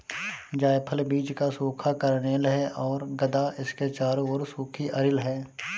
जायफल बीज का सूखा कर्नेल है और गदा इसके चारों ओर सूखी अरिल है